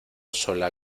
sola